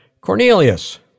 Cornelius